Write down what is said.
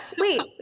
Wait